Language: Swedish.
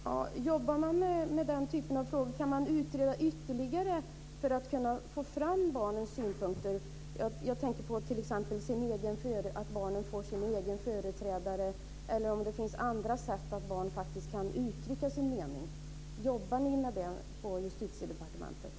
Herr talman! Om man jobbar med den typen av frågor så undrar jag om man kan utreda ytterligare för att kunna få fram barnens synpunkter. Jag tänker t.ex. på att barnen får sin egen företrädare, eller om det finns andra sätt för barnen att faktiskt kunna uttrycka sin mening. Jobbar ni med det på Justitiedepartementet?